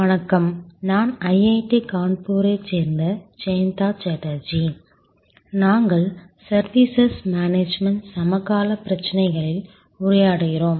வணக்கம் நான் ஐஐடி கான்பூரைச் சேர்ந்த ஜெயந்தா சாட்டர்ஜி நாங்கள் சர்வீசஸ் மேனேஜ்மென்ட் சமகாலப் பிரச்சினைகளில் உரையாடுகிறோம்